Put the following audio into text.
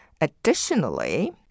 Additionally